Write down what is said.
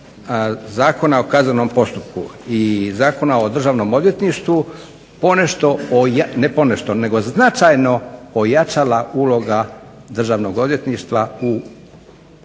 Zakona o kaznenom postupku i Zakona o državnom odvjetništvu ponešto, ne ponešto nego značajno ojačala uloga Državnog odvjetništva u pronalaženju